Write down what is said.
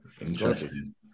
Interesting